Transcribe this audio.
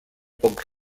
poc